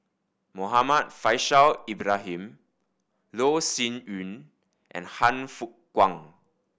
Muhammad Faishal Ibrahim Loh Sin Yun and Han Fook Kwang